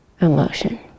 emotion